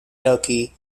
turkey